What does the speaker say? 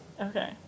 Okay